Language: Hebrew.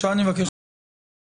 עכשיו אני מבקש לומר עוד משהו,